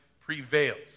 prevails